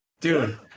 dude